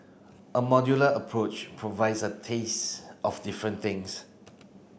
a modular approach provides a taste of different things